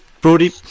Brody